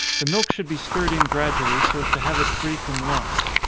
the milk should be stirred in gradually, so as to have it free from lumps.